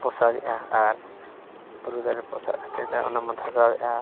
ᱯᱚᱥᱟᱜᱮᱫᱼᱟ ᱟᱨ ᱵᱩᱨᱩ ᱫᱟᱨᱮ ᱯᱚᱥᱟᱜ ᱠᱟᱛᱮᱫ ᱡᱟᱦᱟᱸ ᱚᱱᱟᱵᱚᱱ ᱫᱷᱟᱥᱟᱣᱮᱫᱼᱟ